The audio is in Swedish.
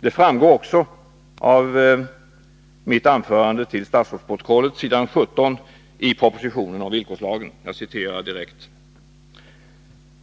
Det framgår även av mitt anförande till statsrådsprotokollet, s. 17 i propositionen om villkorslagen. Jag citerar direkt: